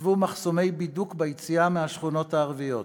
הוצבו מחסומי בידוק ביציאה מהשכונות הערביות,